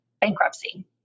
bankruptcy